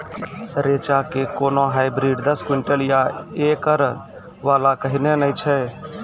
रेचा के कोनो हाइब्रिड दस क्विंटल या एकरऽ वाला कहिने नैय छै?